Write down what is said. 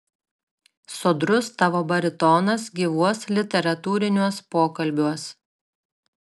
sodrus tavo baritonas gyvuos literatūriniuos pokalbiuos